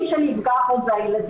מי שנפגע פה זה הילדים,